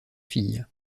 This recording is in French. filles